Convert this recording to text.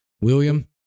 William